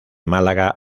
málaga